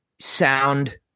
sound